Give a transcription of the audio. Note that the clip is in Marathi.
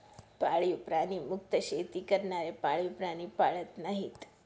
पाळीव प्राणी मुक्त शेती करणारे पाळीव प्राणी पाळत नाहीत